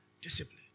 discipline